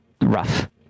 rough